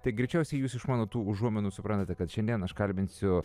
tai greičiausiai jūs iš mano tų užuominų suprantate kad šiandien aš kalbinsiu